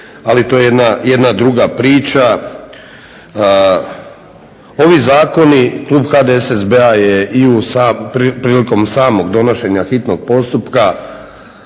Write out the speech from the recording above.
Ali to je jedna druga priča. Ovi zakoni, klub HDSSB-a je i prilikom samog donošenja hitnog postupka